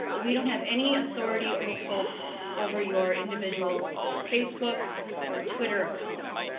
but we don't have any authority or scope over your individual facebook or twitter accounts.